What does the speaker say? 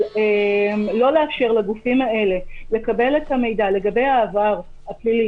אבל לא לאפשר לגופים האלה לקבל את המידע לגבי העבר הפלילי